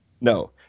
No